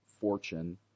fortune